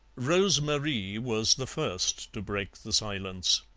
rose-marie was the first to break the silence.